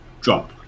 drop